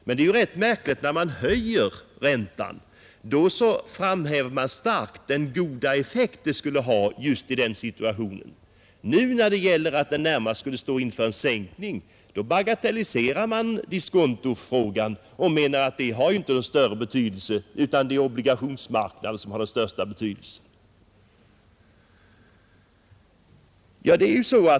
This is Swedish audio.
Det är ju rätt märkligt att då man höjer räntan framhäver man starkt den goda effekt detta skall ha i just den situationen, men nu, då man närmast skulle stå inför en sänkning, bagatelliserar man diskontofrågan och menar att den inte har någon större betydelse, utan att det är obligationsmarknaden som har den största betydelsen.